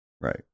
right